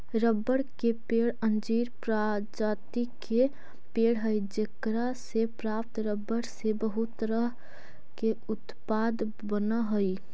रबड़ के पेड़ अंजीर प्रजाति के पेड़ हइ जेकरा से प्राप्त रबर से बहुत तरह के उत्पाद बनऽ हइ